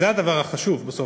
זה הדבר החשוב בסוף.